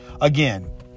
Again